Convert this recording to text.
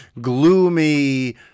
gloomy